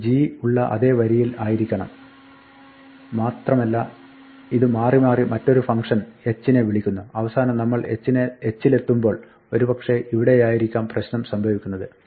ഇത് g ഉള്ള അതേ വരിയിൽ ആയിരിക്കുണം മാത്രമല്ല ഇത് മാറി മാറി മറ്റൊരു ഫംങ്കംഷൻ h നെ വിളിക്കുന്നു അവസാനം നമ്മൾ h ലെത്തുമ്പോൾ ഓരുപക്ഷേ ഇവിടെയായിരിക്കാം പ്രശ്നം സംഭവിക്കുന്നത്